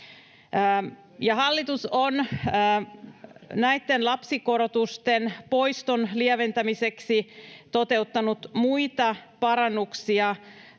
hallitus on näitten lapsikorotusten poiston lieventämiseksi toteuttanut muita parannuksia